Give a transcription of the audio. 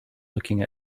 looking